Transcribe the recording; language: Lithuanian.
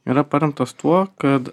yra paremtas tuo kad